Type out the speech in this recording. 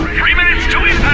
three minutes to